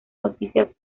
noticias